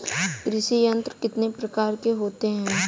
कृषि यंत्र कितने प्रकार के होते हैं?